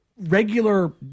Regular